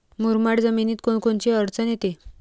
मुरमाड जमीनीत कोनकोनची अडचन येते?